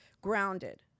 Grounded